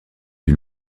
une